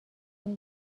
این